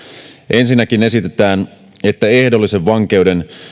ensinnäkin esitetään että ehdollisen vankeuden